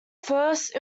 first